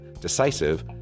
decisive